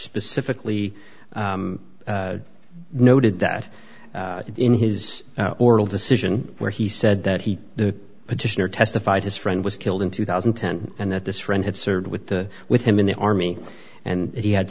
specifically noted that in his oral decision where he said that he the petitioner testified his friend was killed in two thousand and ten and that this friend had served with the with him in the army and he had